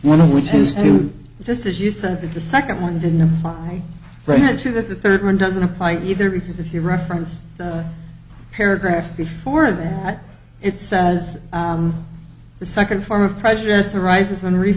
one of which is to just as you said that the second one didn't apply ranchi that the third one doesn't apply either because if you reference the paragraph before that it says the second form of prejudice arises in re